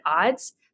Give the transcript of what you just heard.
odds